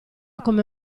come